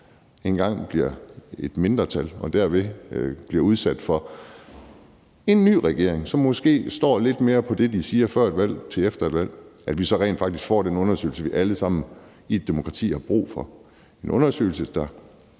engang bliver et mindretal og vi får en ny regering, som måske står lidt mere på det, de siger i tiden før et valg og i tiden efter valget, så rent faktisk får den undersøgelse, som vi alle sammen i et demokrati har brug for, altså en undersøgelse, der